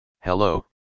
Hello